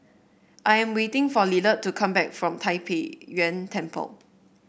I am waiting for Lillard to come back from Tai Pei Yuen Temple